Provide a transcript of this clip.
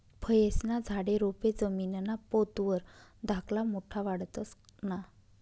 फयेस्ना झाडे, रोपे जमीनना पोत वर धाकला मोठा वाढतंस ना?